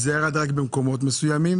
זה ירד רק במקומות מסוימים,